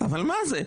אבל מה זה?